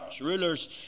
rulers